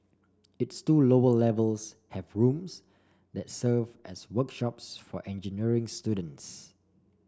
its two lower levels have rooms that serve as workshops for engineering students